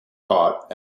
taught